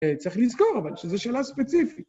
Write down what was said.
צריך לזכור אבל שזו שאלה ספציפית.